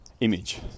Image